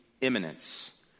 imminence